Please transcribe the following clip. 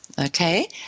Okay